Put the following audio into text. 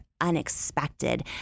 unexpected